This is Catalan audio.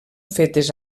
fetes